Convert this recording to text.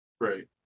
Right